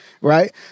right